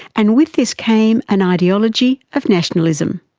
and with this came an ideology of nationalism.